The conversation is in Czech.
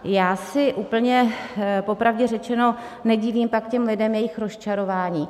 Já se úplně popravdě řečeno nedivím pak těm lidem a jejich rozčarování.